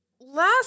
last